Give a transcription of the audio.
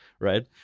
Right